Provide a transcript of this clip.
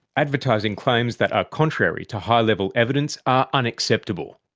advertising claims that are contrary to high level evidence are unacceptable.